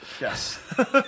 Yes